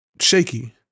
shaky